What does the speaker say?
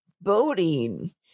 boating